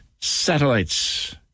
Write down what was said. satellites